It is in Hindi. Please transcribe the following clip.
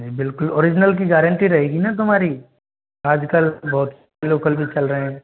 बिलकुल ओरिजिनल की गारंटी रहेगी ना तुम्हारी आजकल बहुत लोकल भी चल रहे हैं